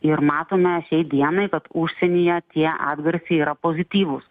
ir matome šiai dienai kad užsienyje tie atgarsiai yra pozityvūs